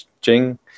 jing